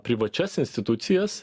privačias institucijas